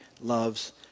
loves